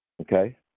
Okay